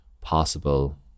possible